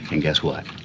and, guess what,